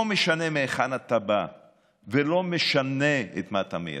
לא משנה מהיכן אתה בא ולא משנה את מה אתה מייצג.